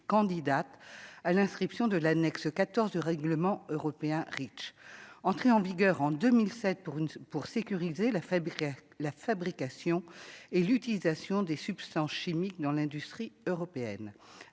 candidates à l'inscription de l'annexe 14 du règlement européen Reach, entré en vigueur en 2007 pour une pour sécuriser l'affaiblirait la fabrication et l'utilisation des substances chimiques dans l'industrie européenne,